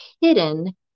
hidden